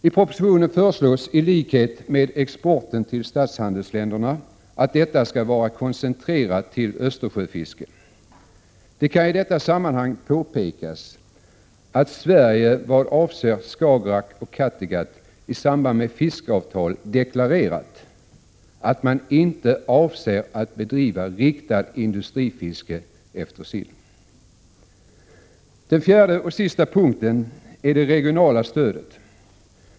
I propositionen föreslås, i likhet med exporten till statshandelsländerna, att detta skall vara koncentrerat till Östersjöfiske. Det kan i detta sammanhang påpekas att Sverige, vad avser Skagerrak och Kattegatt, i samband med fiskeavtal deklarerat att man inte avser att bedriva riktat industrifiske efter sill. Den fjärde och sista punkten är det regionala stödet.